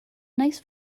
nice